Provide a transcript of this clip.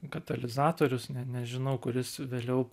katalizatorius nežinau kuris vėliau